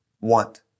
want